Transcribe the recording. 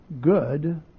good